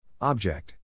Object